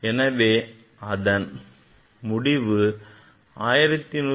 எனவே அதன் முடிவு 1175